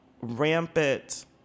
rampant